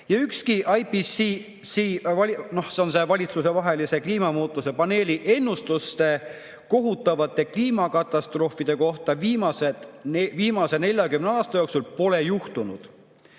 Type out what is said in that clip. ja ükski IPCC – see on Valitsustevaheline Kliimamuutuste [Nõukogu] – paneeli ennustus kohutavate kliimakatastroofide kohta viimase 40 aasta jooksul pole juhtunud.